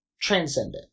transcendent